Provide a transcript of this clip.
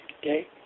okay